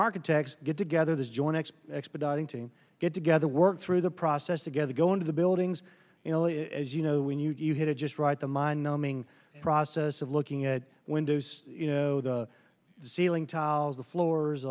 architects get together the joy next expediting to get together work through the process again to go into the buildings you know as you know when you hit it just right the mind numbing process of looking at windows you know the ceiling tiles the floors